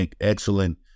excellent